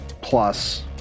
plus